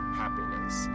happiness